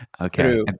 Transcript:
Okay